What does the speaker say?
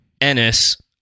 Ennis